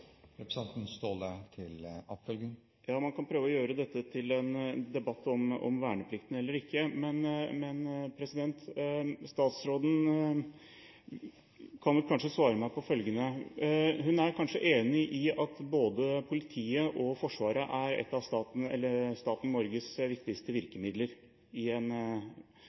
Ja, man kan prøve å gjøre dette til en debatt om verneplikt eller ikke, men statsråden kan kanskje svare meg på følgende: Hun er kanskje enig i at både Politiet og Forsvaret er et av staten Norges viktigste virkemidler i gitte situasjoner. Når vi nå har hatt en